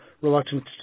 reluctant